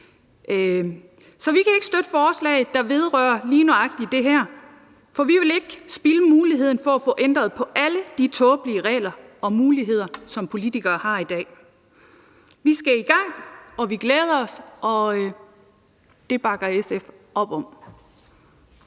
Så vi kan ikke støtte forslaget, der vedrører lige nøjagtig det her, for vi vil ikke spilde muligheden for at få ændret på alle de tåbelige regler og muligheder, som politikere har i dag. Vi skal i gang, og vi glæder os, og det bakker SF op om.